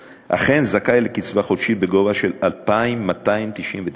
אכן זכאי לקצבה חודשית בגובה של 2,299 שקלים.